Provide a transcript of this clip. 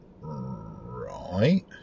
right